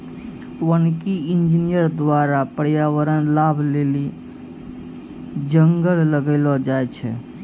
वानिकी इंजीनियर द्वारा प्रर्यावरण लाभ लेली जंगल लगैलो जाय छै